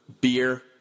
beer